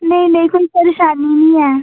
नेईं नेईं कोई परेशानी निं ऐ